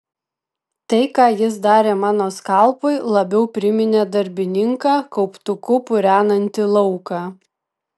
tai ką jis darė mano skalpui labiau priminė darbininką kauptuku purenantį lauką